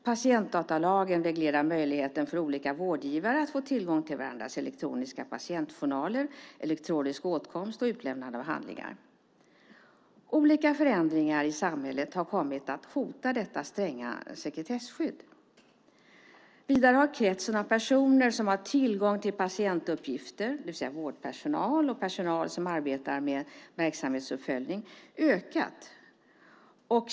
Patientdatalagen reglerar möjligheten för olika vårdgivare att få tillgång till varandras elektroniska patientjournaler, elektronisk åtkomst och utlämnande av handlingar. Olika förändringar i samhället har kommit att hota detta stränga sekretesskydd. Vidare har kretsen av personer som har tillgång till patientuppgifter, det vill säga vårdpersonal och personal som arbetar med verksamhetsuppföljning, ökat.